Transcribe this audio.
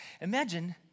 Imagine